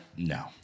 No